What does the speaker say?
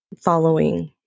following